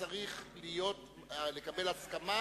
אדם צריך להיות שלם עם מצפונו,